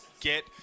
get